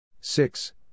Six